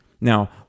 Now